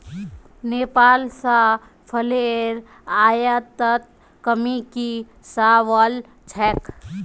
नेपाल स फलेर आयातत कमी की स वल छेक